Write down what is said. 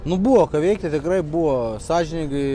nu buvo ką veikti tikrai buvo sąžiningai